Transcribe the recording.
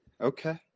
Okay